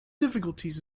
difficulties